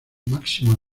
máximo